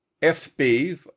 FB